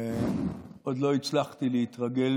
עוד לא הצלחתי להתרגל